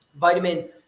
vitamin